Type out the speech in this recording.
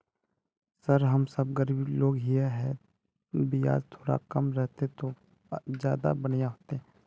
sir हम सब गरीब लोग है तो बियाज थोड़ा कम रहते तो ज्यदा बढ़िया होते